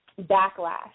backlash